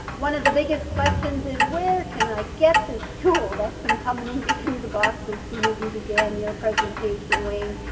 one of the biggest questions is where can i get this tool? that's been coming through the boxes soon as you began your presentation, wayne.